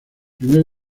primer